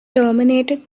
terminated